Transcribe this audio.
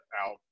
out